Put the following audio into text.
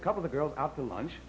a couple of girls out to lunch